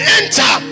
enter